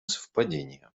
совпадение